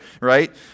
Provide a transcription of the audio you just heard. right